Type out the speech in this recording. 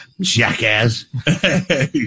Jackass